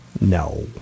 No